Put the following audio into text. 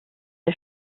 der